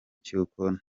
cy’uko